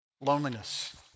Loneliness